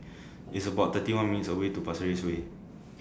It's about thirty one minutes' away to Pasir Ris Way